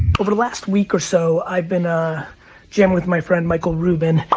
over the last week or so, i've been ah jamming with my friend, michael rubin,